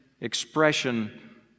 expression